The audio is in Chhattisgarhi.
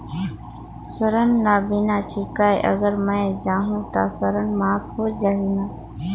ऋण ला बिना चुकाय अगर मै जाहूं तो ऋण माफ हो जाही न?